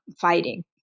fighting